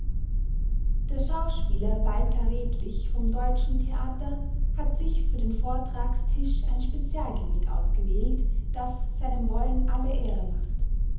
der schauspieler walter redlich vom deutschen theater hat sich für den vortragstisch ein spezialgebiet ausgewählt das seinem wollen alle ehre macht